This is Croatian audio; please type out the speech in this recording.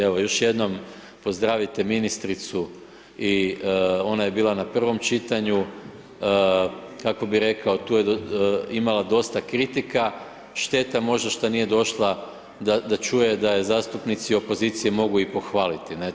Evo još jednom, pozdravite ministricu i ona je bila na prvom čitanju, kako bih rekao, tu je imala dosta kritika, šteta možda što nije došla da čuje da je zastupnici opozicije mogu i pohvaliti, ne?